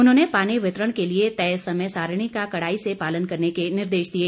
उन्होंने पानी वितरण के लिए तय समय सारिणी का कड़ाई से पालन करने के निर्देश दिए